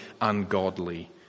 ungodly